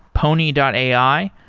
pony and ai,